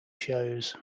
shows